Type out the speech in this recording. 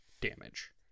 damage